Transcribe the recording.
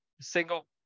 single